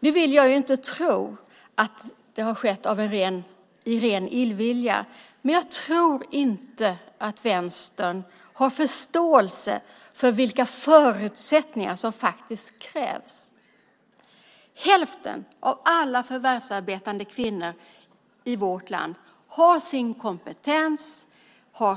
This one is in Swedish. Nu vill jag inte tro att det har skett i ren illvilja, men jag tror inte att vänstern har förståelse för vilka förutsättningar som faktiskt krävs. Hälften av alla förvärvsarbetande kvinnor i vårt land har sin kompetens,